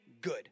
good